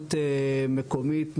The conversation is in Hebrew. למנהיגות מקומית.